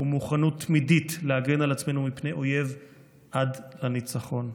ומוכנות תמידית להגן על עצמנו מפני אויב עד לניצחון.